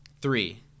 three